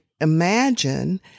imagine